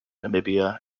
namibia